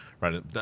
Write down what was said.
Right